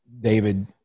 David